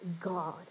God